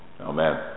Amen